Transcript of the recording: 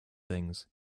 things